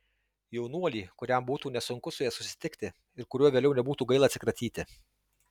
jaunuolį kuriam būtų nesunku su ja susitikti ir kuriuo vėliau nebūtų gaila atsikratyti